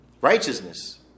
Righteousness